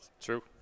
true